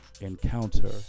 Encounter